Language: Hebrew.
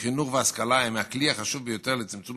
שחינוך והשכלה הם הכלי החשוב ביותר לצמצום